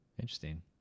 interesting